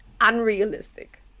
unrealistic